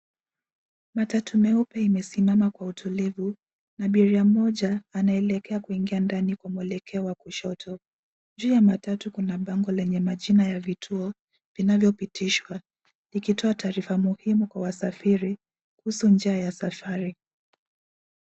Matatu meupe imesimama kwa utulivu na abiria moja anaelekea kuingia ndani kwa mwelekeo wa kushoto ,juu ya matatu kuna bango lenye majina ya vituo vinavyopitishwa ikitoa taarifa muhimu kwa wasafiri kuhusu njia ya safari.